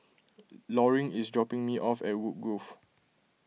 Loring is dropping me off at Woodgrove